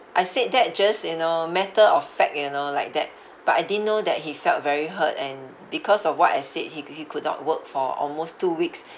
I said that just in a matter of fact you know like that but I didn't know that he felt very hurt and because of what I said he cou~ he could not work for almost two weeks